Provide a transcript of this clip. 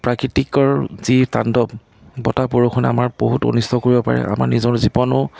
প্ৰাকৃতিকৰ যি তাণ্ডৱ বতাহ বৰষুণে আমাৰ বহুত অনিষ্ট কৰিব পাৰে আমাৰ নিজৰো জীৱনো